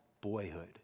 boyhood